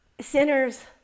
Sinners